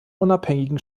unabhängigen